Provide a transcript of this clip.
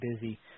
busy